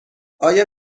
آیا